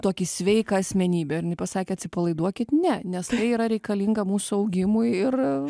tokį sveiką asmenybę ir jinai pasakė atsipalaiduokit ne nes tai yra reikalinga mūsų augimui ir